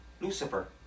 Lucifer